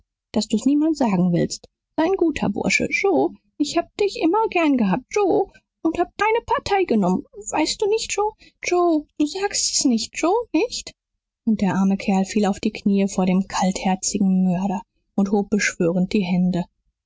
daß du's niemand sagen willst sei n guter bursche joe ich hab dich immer gern gehabt joe und hab deine partei genommen weißt du nicht joe joe du sagst es nicht joe nicht und der arme kerl fiel auf die knie vor den kaltherzigen mörder und hob beschwörend die hände